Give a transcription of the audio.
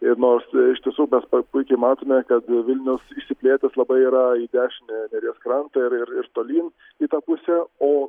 ir nors iš tiesų mes puikiai matome kad vilnius išsiplėtęs labai yra į dešinįjį neries krantą ir ir tolyn į tą pusę o